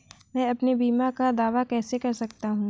मैं अपने बीमा का दावा कैसे कर सकता हूँ?